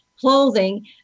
clothing